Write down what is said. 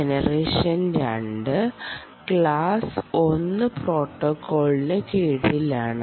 Jena 2 2 class 1 പ്രോട്ടോക്കോളിന് കീഴിലാണ്